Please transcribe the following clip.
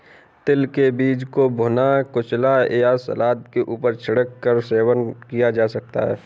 तिल के बीज को भुना, कुचला या सलाद के ऊपर छिड़क कर सेवन किया जा सकता है